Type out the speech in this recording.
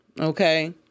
okay